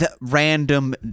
random